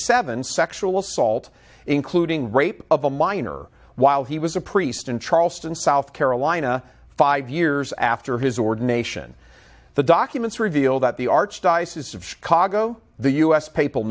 seven sexual assault including rape of a minor while he was a priest in charleston south carolina five years after his ordination the docket it's revealed that the archdiocese of chicago the u s papal